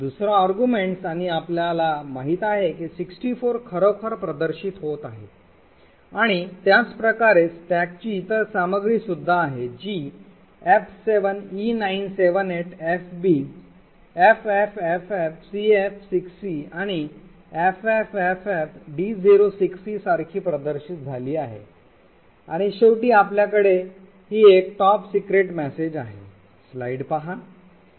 दुसरा arguments आणि आपल्याला माहिती आहे की 64 खरोखर प्रदर्शित होत आहे आणि त्याच प्रकारे स्टॅकची इतर सामग्री सुद्धा आहे जी f7e978fb ffffcf6c आणि ffffd06c सारखी प्रदर्शित झाली आहे आणि शेवटी आपल्याकडे ही एक top secret message आहे